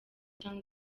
cyangwa